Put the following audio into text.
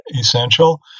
essential